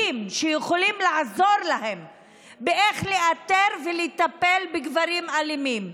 שיכולים לעזור לה לאתר ולטפל בגברים אלימים.